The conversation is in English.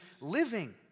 living